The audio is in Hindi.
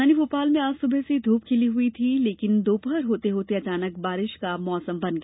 राजधानी भोपाल में आज सुबह से धूप खिली हुई थी लेकिन दोपहर होते होते अचानक बारिश का मौसम बन गया